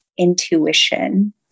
intuition